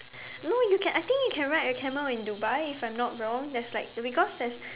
no you can I think you can ride a camel in Dubai if I'm not wrong that's like because there's